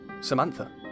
Samantha